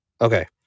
Okay